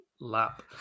lap